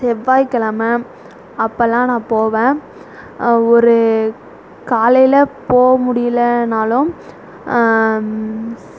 செவ்வாய்க்கிழம அப்போல்லாம் நான் போவேன் ஒரு காலையில் போகமுடியலனாலும்